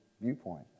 viewpoint